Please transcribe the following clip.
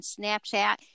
Snapchat